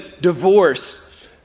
divorce